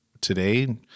today